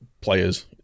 players